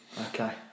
Okay